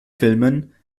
filmen